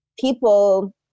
people